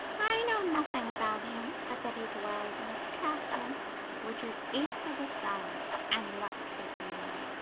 i know nothing about him but that he dwells in a castle which is east of the sun and west of the moon.